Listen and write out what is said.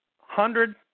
hundred